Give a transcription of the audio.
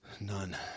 None